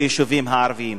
ביישובים הערביים.